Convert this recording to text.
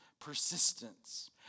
persistence